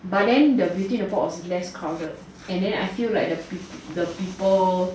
but then the beauty in the pot also less crowded and then I feel like the people